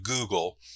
Google